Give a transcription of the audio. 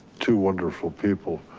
two wonderful people,